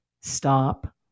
stop